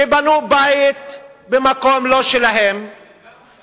שבנו בית במקום לא שלהם, הם גרו שם.